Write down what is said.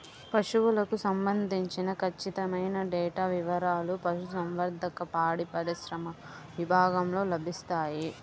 పశువులకు సంబంధించిన ఖచ్చితమైన డేటా వివారాలు పశుసంవర్ధక, పాడిపరిశ్రమ విభాగంలో లభిస్తాయి